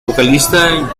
vocalista